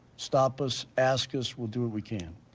stop us, ask us. we'll do what we can.